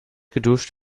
geduscht